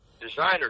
Designer